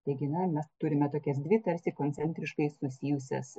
taigi na mes turime tokias dvi tarsi koncentriškai susijusias